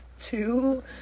Two